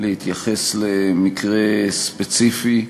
להתייחס למקרה ספציפי,